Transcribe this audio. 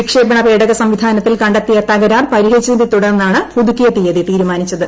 വിക്ഷേപ്പ്പ്ണ്ട് പ്പേടക സംവിധാനത്തിൽ കണ്ടെത്തിയ തകരാർ പരിഹരിച്ചതീന്റെ തുടർന്നാണ് പുതുക്കിയ തീയതി തീരുമാനിച്ചത്